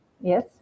Yes